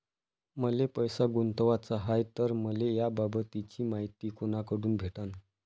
मले पैसा गुंतवाचा हाय तर मले याबाबतीची मायती कुनाकडून भेटन?